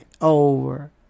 over